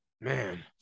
man